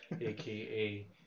aka